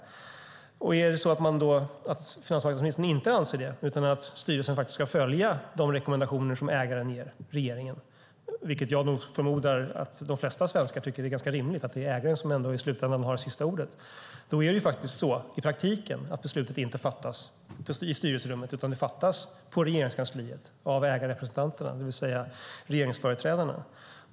Om finansmarknadsministern inte anser det utan menar att styrelsen ska följa de rekommendationer ägaren, regeringen, ger - och de flesta svenskar tycker nog att det är rimligt att ägaren har sista ordet - då fattas beslutet i praktiken inte i styrelserummet utan på Regeringskansliet av ägarrepresentanterna, det vill säga regeringsföreträdarna.